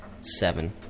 seven